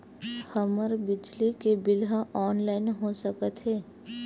हमर बिजली के बिल ह ऑनलाइन हो सकत हे?